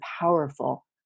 powerful